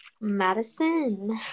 Madison